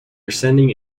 ascending